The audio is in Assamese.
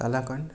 কালাকাণ্ড